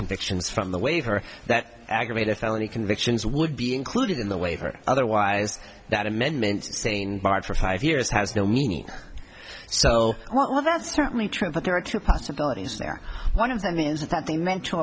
convictions from the waiver that aggravated felony convictions would be included in the waiver otherwise that amendment barred for five years has no meaning so well that's certainly true but there are two possibilities there one of them is that they meant to